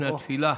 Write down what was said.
לפני התפילה.